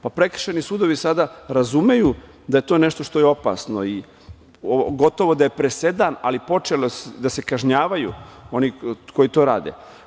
Prekršajni sudovi sada razumeju da je to nešto što je opasni, gotovo da je presedan, i da su počeli da se kažnjavaju oni koji to rade.